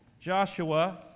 Joshua